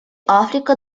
африка